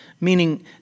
Meaning